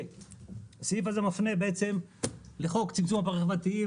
הסעיף הזה מפנה בעצם לחוק צמצום הפערים החברתיים,